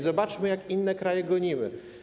Zobaczmy, jak inne kraje gonimy.